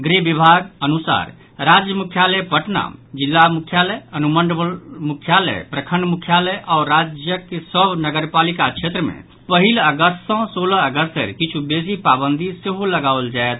गृह विभाग अनुसार राज्य मुख्यालय पटना जिला मुख्यालय अनुमंडल मुख्यालय प्रखंड मुख्यालय आओर राज्यक सभ नगरपालिका क्षेत्र मे पहिल अगस्त सँ सोलह अगस्त धरि किछु बेसी पाबंदी सेहो लगाओल जायत